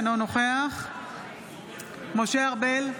אינו נוכח משה ארבל,